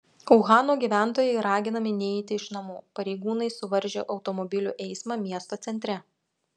uhano gyventojai raginami neiti iš namų pareigūnai suvaržė automobilių eismą miesto centre